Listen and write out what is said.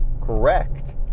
correct